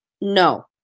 No